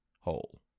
hole